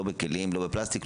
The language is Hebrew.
לא בכלים ולא בפלסטיק,